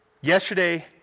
Yesterday